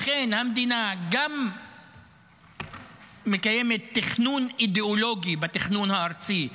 לכן המדינה גם מקיימת תכנון אידאולוגי בתכנון הארצי,